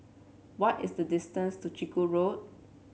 what is the distance to Chiku Road